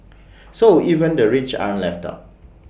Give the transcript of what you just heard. so even the rich aren't left out